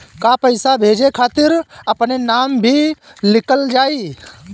का पैसा भेजे खातिर अपने नाम भी लिकल जाइ?